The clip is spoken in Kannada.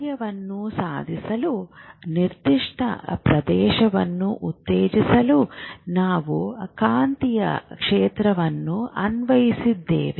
ಕಾರ್ಯವನ್ನು ಸಾಧಿಸಲು ನಿರ್ದಿಷ್ಟ ಪ್ರದೇಶವನ್ನು ಉತ್ತೇಜಿಸಲು ನಾವು ಕಾಂತೀಯ ಕ್ಷೇತ್ರವನ್ನು ಅನ್ವಯಿಸಿದ್ದೇವೆ